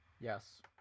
Yes